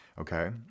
okay